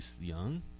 young